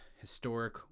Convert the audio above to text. historic